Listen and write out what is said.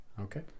Okay